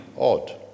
odd